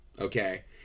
okay